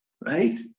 right